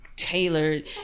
tailored